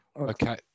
okay